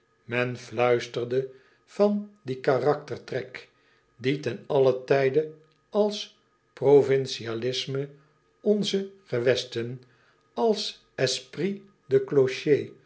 men fluisterde van dien karaktertrek die ten allen tijde als provincialisme onze gewesten als esprit de